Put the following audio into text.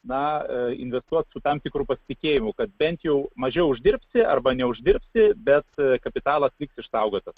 na investuot su tam tikru pasitikėjimu kad bent jau mažiau uždirbti arba neuždirbti bet kapitalas liks išsaugotas